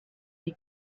die